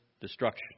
destruction